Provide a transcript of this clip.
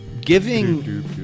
giving